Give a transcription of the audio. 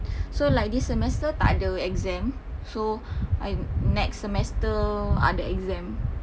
so like this semester tak ada exam so I next semester ada exam